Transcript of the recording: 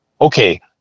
Okay